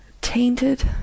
tainted